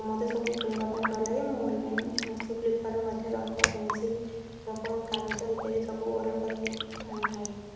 ମତେ ସବୁ କିଣିବା ପାଇଁ ଭଲ ଲାଗେ ମୁଁ ଅନଲାଇନ୍ ମେସୋ ଫ୍ଲିପ୍କାର୍ଟରୁ ମଧ୍ୟ ରଙ୍ଗ ପେନସିଲ୍ ରବର୍ କାଗଜ ଇତ୍ୟାଦି ସବୁ ଅର୍ଡ଼ର୍ କରି ଆଣିଥାଏ